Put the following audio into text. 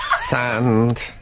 sand